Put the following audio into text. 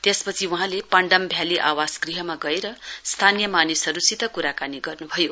त्यसपछि वहाँले पाण्डम भ्याली आवास ग्रहमा गएर स्थानीय मानिसहरुसित क्राकानी गर्न्भयो